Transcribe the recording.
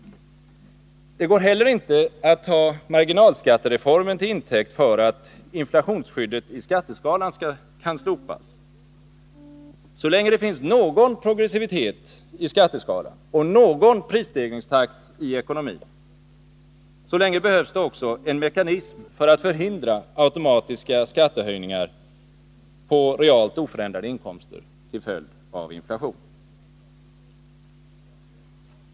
Det går heller inte att ta marginalskattereformen till intäkt för att inflationsskyddet i skatteskalan kan slopas. Så länge det finns någon progressivitet i skatteskalan och någon prisstegringstakt i ekonomin, så länge behövs det också en mekanism för att förhindra automatiska skattehöjningar på realt oförändrade inkomster till följd av inflationen.